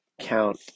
count